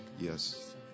Yes